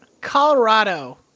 Colorado